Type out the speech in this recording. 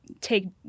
Take